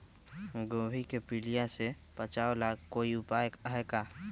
गोभी के पीलिया से बचाव ला कोई उपाय है का?